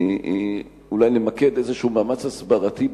אולי למקד איזה מאמץ הסברתי,